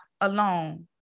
alone